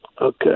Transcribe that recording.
Okay